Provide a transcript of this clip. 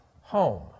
home